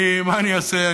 מה אני אעשה?